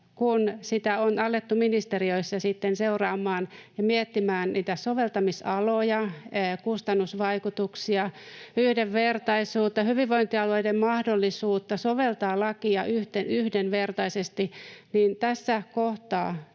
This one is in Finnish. kun on alettu ministeriöissä sitten seuraamaan ja miettimään soveltamisaloja, kustannusvaikutuksia, yhdenvertaisuutta, hyvinvointialueiden mahdollisuutta soveltaa lakia yhdenvertaisesti, niin tässä kohtaa